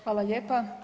Hvala lijepa.